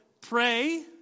pray